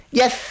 yes